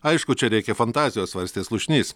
aišku čia reikia fantazijos svarstė slušnys